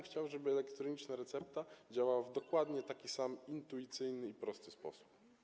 Chciałbym, żeby elektroniczna recepta działała dokładnie w taki sam intuicyjny i prosty sposób.